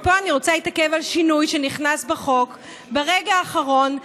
ופה אני רוצה להתעכב על שינוי שנכנס בחוק ברגע האחרון,